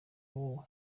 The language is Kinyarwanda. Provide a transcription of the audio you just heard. wowe